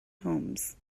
homes